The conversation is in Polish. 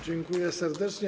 Dziękuję serdecznie.